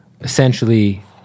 essentially